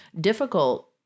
difficult